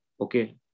okay